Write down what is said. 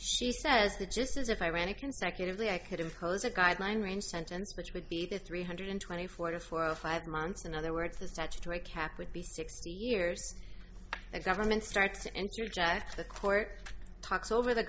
she says that just as if i ran it consecutively i could impose a guideline range sentence which would be the three hundred twenty four to four or five months in other words the statutory cap would be sixty years a government starts and jack the court talks over the